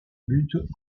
but